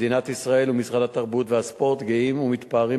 מדינת ישראל ומשרד התרבות והספורט גאים ומתפארים